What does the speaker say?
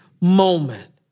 moment